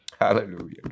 hallelujah